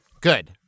Good